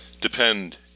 depend